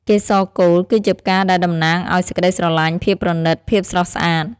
កេសរកូល គឺជាផ្កាដែលតំណាងអោយសេចក្ដីស្រលាញ់ ភាពប្រណិត ភាពស្រស់ស្អាត។